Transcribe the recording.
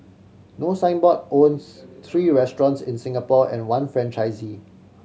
no Signboard owns three restaurants in Singapore and one franchisee